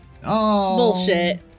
Bullshit